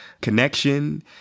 Connection